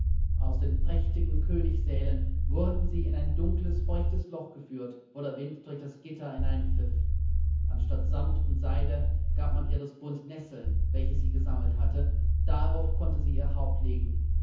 aus den prächtigen königssälen wurde sie in ein dunkles feuchtes loch geführt wo der wind durch das gitter hineinpfiff anstatt samt und seide gab man ihr das bund nesseln welches sie gesammelt hatte darauf konnte sie ihr haupt legen